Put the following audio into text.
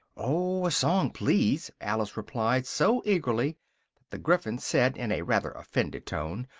oh, a song, please! alice replied, so eagerly, that the gryphon said, in a rather offended tone,